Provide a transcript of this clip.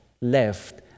Left